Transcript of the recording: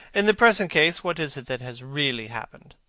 in the present case, what is it that has really happened?